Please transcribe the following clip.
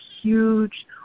huge